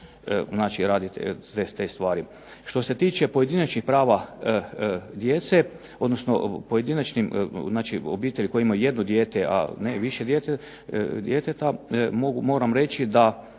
znači raditi te stvari. Što se tiče pojedinačnih prava djece, odnosno pojedinačnim, znači obitelji koji imaju jedno dijete, a ne više djeteta moram reći da,